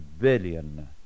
billion